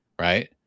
right